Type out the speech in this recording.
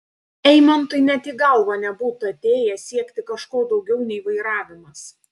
eimantui net į galvą nebūtų atėję siekti kažko daugiau nei vairavimas